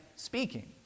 speaking